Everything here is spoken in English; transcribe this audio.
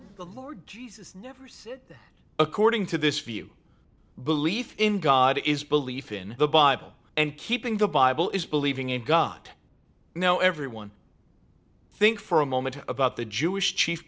the lord jesus never said according to this view belief in god is belief in the bible and keeping the bible is believing in god now everyone think for a moment about the jewish chief